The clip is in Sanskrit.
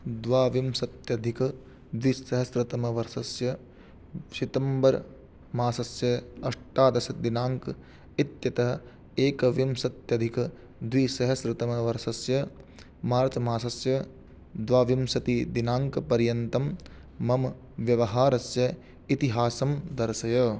द्वाविंशत्यधिकद्विसहस्रतमवर्षस्य शितम्बर् मासस्य अष्टादशदिनाङ्कः इत्यतः एकविंशत्यधिकद्विसहस्रतमवर्षस्य मार्च् मासस्य द्वाविंशतिदिनाङ्कपर्यन्तं मम व्यवहारस्य इतिहासं दर्शय